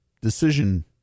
decision